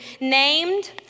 named